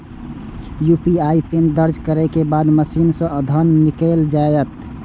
UPI pin दर्ज करै के बाद मशीन सं धन निकैल जायत